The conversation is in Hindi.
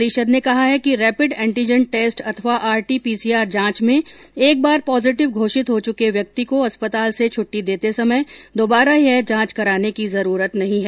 परिषद ने कहा है कि रैपिड एंटीजन टेस्ट अथवा आरटी पीसीआर जांच में एक बार पॉजिटिव घोषित हो चुके व्यक्ति को अस्पताल से छुट्टी देते समय दुबारा यह जांच कराने की जरूरत नहीं है